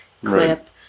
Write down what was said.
clip